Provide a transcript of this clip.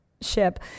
ship